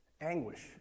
anguish